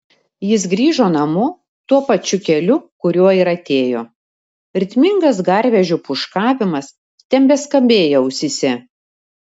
jis grįžo namo tuo pačiu keliu kuriuo ir atėjo ritmingas garvežio pūškavimas tebeskambėjo ausyse